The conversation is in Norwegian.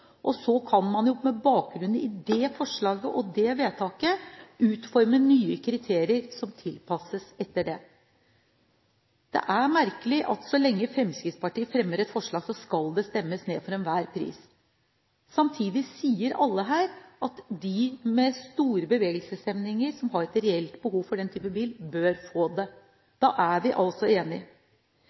så kan man med bakgrunn i det forslaget og det vedtaket utforme nye kriterier som tilpasses det. Det er merkelig at så lenge Fremskrittspartiet fremmer et forslag, skal det stemmes ned for enhver pris. Samtidig sier alle her at de med store bevegelseshemminger, som har et reelt behov for den type bil, bør få det. Da er vi altså